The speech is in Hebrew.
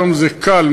היום זה קל,